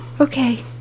Okay